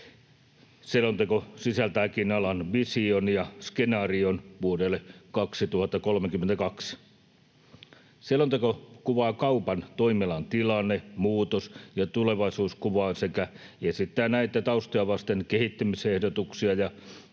Selonteko sisältääkin alan vision ja skenaarion vuodelle 2032. Selonteko kuvaa kaupan toimialan tilanne-, muutos- ja tulevaisuuskuvaa sekä esittää näitä taustoja vasten kehittämisehdotuksia ja